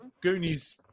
Goonies